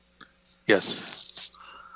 Yes